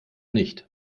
nicht